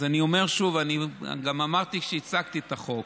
אז אני אומר שוב, ואמרתי גם כשהצגתי את החוק: